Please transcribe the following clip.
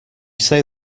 say